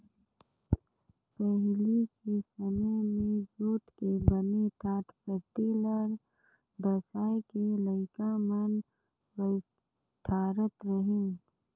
पहिली के समें मे जूट के बने टाटपटटी ल डसाए के लइका मन बइठारत रहिन